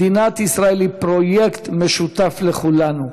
מדינת ישראל היא פרויקט משותף לכולנו,